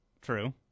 True